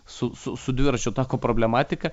su su su dviračių tako problematika